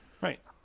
Right